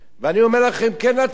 ואני אומר לכם שכן נתנו,